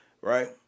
right